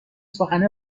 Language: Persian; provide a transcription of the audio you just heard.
سخن